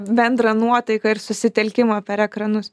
bendrą nuotaiką ir susitelkimą per ekranus